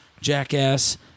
Jackass